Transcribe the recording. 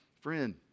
Friend